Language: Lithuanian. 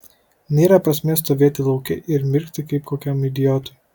nėra prasmės stovėti lauke ir mirkti kaip kokiam idiotui